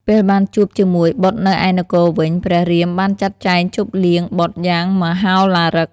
ពេលបានជួបជាមួយបុត្រនៅឯនគរវិញ ព្រះរាមបានចាត់ចែងជប់លៀងបុត្រយ៉ាងមហោឡារិក។